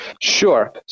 Sure